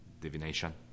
divination